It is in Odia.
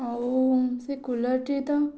ଆଉ ସେ କୁଲର୍ଟି ତ